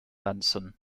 benson